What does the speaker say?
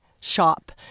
shop